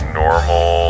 normal